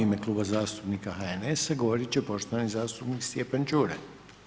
U ime kluba zastupnika HNS-a govoriti će poštovani zastupnik Stjepan Čuraj.